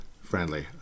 friendly